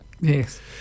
Yes